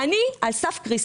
אני על סף קריסה.